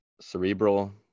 cerebral